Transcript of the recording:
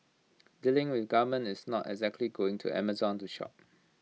dealing with the government is not exactly going to Amazon to shop